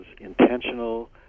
intentional